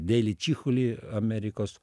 deily čichuly amerikos